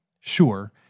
sure